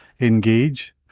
engage